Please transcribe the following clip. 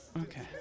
Okay